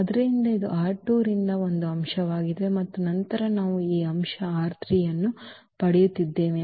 ಆದ್ದರಿಂದ ಇದು ರಿಂದ ಒಂದು ಅಂಶವಾಗಿದೆ ಮತ್ತು ನಂತರ ನಾವು ಈ ಅಂಶ ಅನ್ನು ಪಡೆಯುತ್ತಿದ್ದೇವೆ